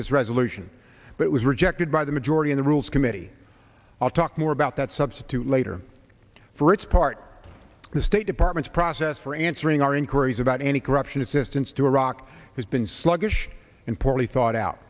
this resolution but it was rejected by the majority in the rules committee i'll talk more about that substitute later for its part the state department's process for answering our inquiries about any corruption assistance to iraq has been sluggish and poorly thought out